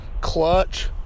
Clutch